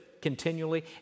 continually